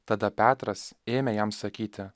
tada petras ėmė jam sakyti